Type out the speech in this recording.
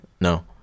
No